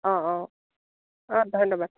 অঁ অঁ অঁ ধন্যবাদ